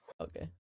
Okay